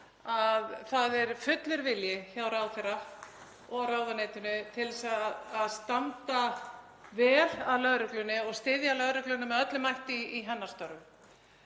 að það er fullur vilji hjá ráðherra og ráðuneytinu til að standa vel að lögreglunni og styðja lögregluna með öllum mætti í hennar störfum.